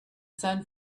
sun